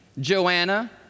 Joanna